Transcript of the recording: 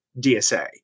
DSA